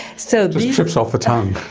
so trips off the tongue!